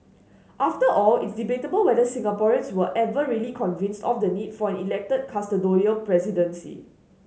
after all it's debatable whether Singaporeans were ever really convinced of the need for elected custodial presidency